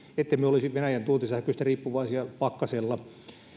ettemme olisi venäjän tuontisähköstä riippuvaisia pakkasella